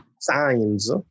signs